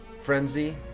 frenzy